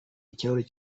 ikirahure